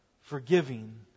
forgiving